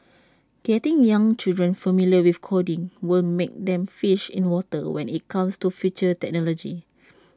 getting young children familiar with coding will make them fish in water when IT comes to future technology